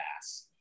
ass